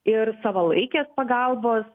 ir savalaikės pagalbos